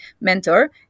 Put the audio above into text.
mentor